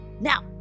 now